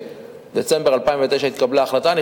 בדצמבר 2009 התקבלה החלטה.